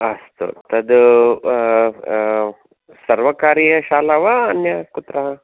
अस्तु तद सर्वकार्यशाला वा अन्य कुत्र